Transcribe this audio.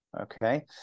okay